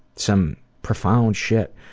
some profound shit,